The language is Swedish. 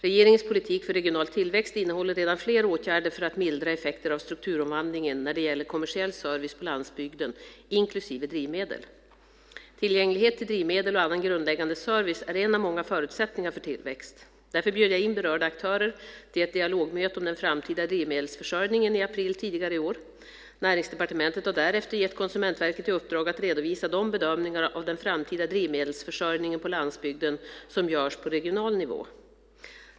Regeringens politik för regional tillväxt innehåller redan flera åtgärder för att mildra effekter av strukturomvandlingen när det gäller kommersiell service på landsbygden, inklusive drivmedel. Tillgänglighet till drivmedel och annan grundläggande service är en av många förutsättningar för tillväxt. Därför bjöd jag in berörda aktörer till ett dialogmöte om den framtida drivmedelsförsörjningen i april tidigare i år. Näringsdepartementet har därefter gett Konsumentverket i uppdrag att redovisa de bedömningar av den framtida drivmedelsförsörjningen på landsbygden som görs på regional nivå.